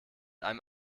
einem